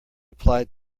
applied